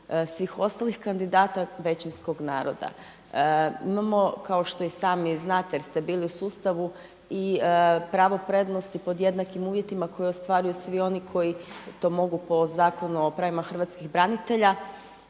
svih ostalih kandidata većinskog naroda. Imamo, kao što i sami znate jer ste bili u sustavu i pravo prednosti pod jednakim uvjetima koje ostvaruju svi oni koji to mogu po Zakonu o pravima hrvatskih branitelja.